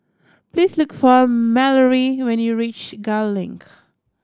please look for Mallory when you reach Gul Link